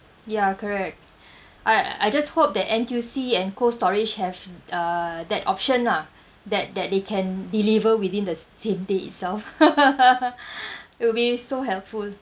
ya correct I I just hope that N_T_U_C and cold storage have uh that option lah that that they can deliver within the same day itself it will be so helpful